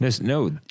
No